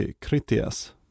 Critias